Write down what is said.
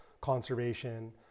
conservation